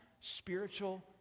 spiritual